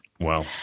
Wow